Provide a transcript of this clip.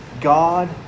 God